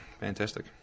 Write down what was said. Fantastic